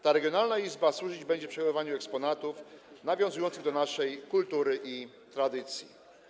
Ta regionalna izba służyć będzie przechowywaniu eksponatów nawiązujących do naszej kultury i tradycji.